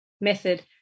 Method